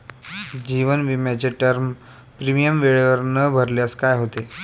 जीवन विमाचे term premium वेळेवर न भरल्यास काय होते?